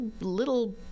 little